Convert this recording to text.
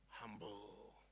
Humble